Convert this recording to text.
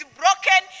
broken